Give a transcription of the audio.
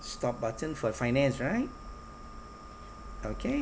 stop button for finance right okay